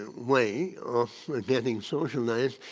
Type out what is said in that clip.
way of forgetting social life,